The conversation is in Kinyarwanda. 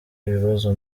ibibazo